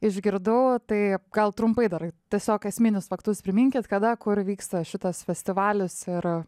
išgirdau tai gal trumpai dar tiesiog esminius faktus priminkit kada kur vyksta šitas festivalis ir